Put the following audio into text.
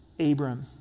Abram